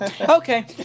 Okay